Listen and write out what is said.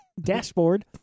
Dashboard